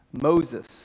Moses